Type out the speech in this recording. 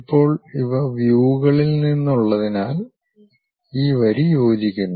ഇപ്പോൾ ഇവ വ്യൂകളിൽ നിന്നുള്ളതിനാൽ ഈ വരി യോജിക്കുന്നു